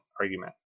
argument